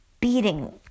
beating